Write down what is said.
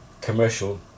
commercial